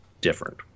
different